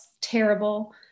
terrible